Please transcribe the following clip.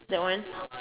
that one